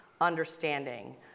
understanding